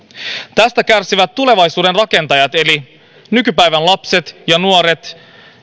tästä kärsivät tulevaisuuden rakentajat eli nykypäivän lapset ja nuoret